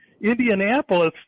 Indianapolis